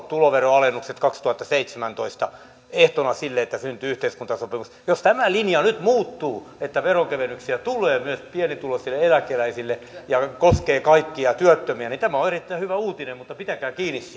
tuloveron alennukset kaksituhattaseitsemäntoista ehtona sille että syntyy yhteiskuntasopimus jos tämä linja nyt muuttuu että veronkevennyksiä tulee myös pienituloisille eläkeläisille ja koskee kaikkia työttömiä niin tämä on erittäin hyvä uutinen mutta pitäkää kiinni